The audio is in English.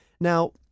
Now